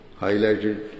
highlighted